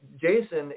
Jason